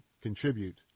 contribute